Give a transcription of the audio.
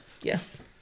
Yes